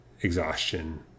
exhaustion